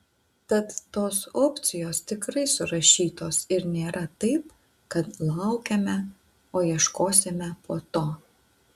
tad tos opcijos tikrai surašytos ir nėra taip kad laukiame o ieškosime po to